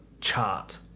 chart